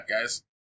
guys